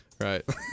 right